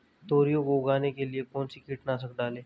तोरियां को उगाने के लिये कौन सी कीटनाशक डालें?